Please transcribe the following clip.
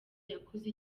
yakuze